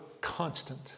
constant